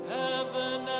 heaven